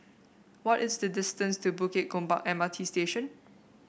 what is the distance to Bukit Gombak M R T Station